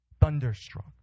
Thunderstruck